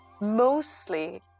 mostly